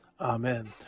amen